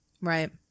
Right